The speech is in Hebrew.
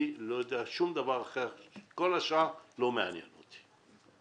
אני לא יודע שום דבר אחר, כל השאר לא מעניין אותי.